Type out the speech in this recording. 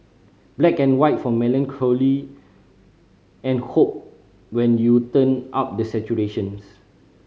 black and white for melancholy and hope when you turn up the saturations